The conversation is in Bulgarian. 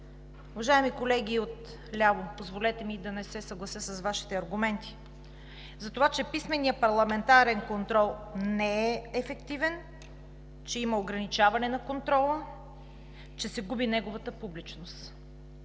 Уважаеми колеги отляво, позволете ми да не се съглася с Вашите аргументи за това, че писменият парламентарен контрол не е ефективен, че има ограничаване на контрола, че се губи неговата публичност.